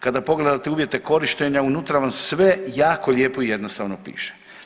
Kada pogledate uvjete korištenja unutra vam sve jako lijepo i jednostavno piše.